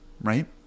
right